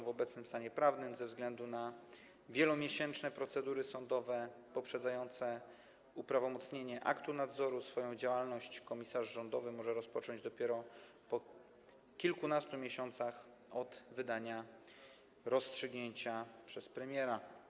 W obecnym stanie prawnym, ze względu na wielomiesięczne procedury sądowe poprzedzające uprawomocnienie aktu nadzoru, swoją działalność komisarz rządowy może rozpocząć dopiero po kilkunastu miesiącach od wydania rozstrzygnięcia przez premiera.